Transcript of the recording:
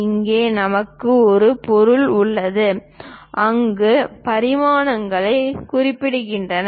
இங்கே நமக்கு ஒரு பொருள் உள்ளது அங்கு பரிமாணங்கள் குறிப்பிடப்படுகின்றன